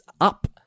up